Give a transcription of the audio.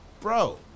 bro